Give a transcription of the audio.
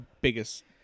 biggest